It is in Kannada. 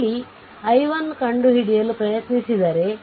ಇಲ್ಲಿ i1 ಕಂಡುಹಿಡಿಯಲು ಪ್ರಯತ್ನಿಸಿದರೆ